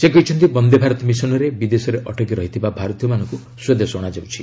ସେ କହିଛନ୍ତି ବନ୍ଦେ ଭାରତ ମିଶନରେ ବିଦେଶରେ ଅଟକି ରହିଥିବା ଭାରତୀୟମାନଙ୍କୁ ସ୍ୱଦେଶ ଅଣାଯାଉଛି